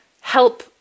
help